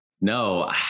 no